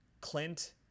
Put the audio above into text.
Clint